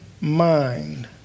mind